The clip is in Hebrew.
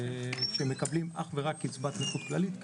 שמקבלים אך ורק קצבת נכות כללית,